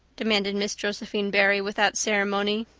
demanded miss josephine barry, without ceremony.